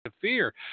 fear